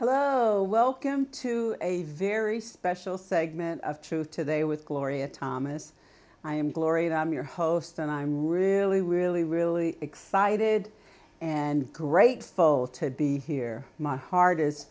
hello welcome to a very special segment of truth today with gloria thomas i am glory that i'm your host and i'm really really really excited and grateful to be here my heart is